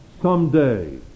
Someday